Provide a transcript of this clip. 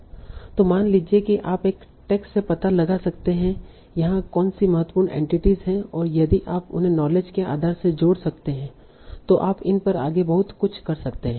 तो मान लीजिए कि आप एक टेक्स्ट से पता लगा सकते हैं कि यहां कौन सी महत्वपूर्ण एंटिटीस हैं और यदि आप उन्हें नॉलेज के आधार से जोड़ सकते हैं तो आप इन पर आगे बहुत कुछ कर सकते हैं